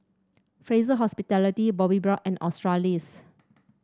Fraser Hospitality Bobbi Brown and Australis